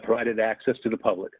provided access to the public